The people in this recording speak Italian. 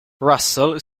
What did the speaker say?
russell